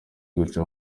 guca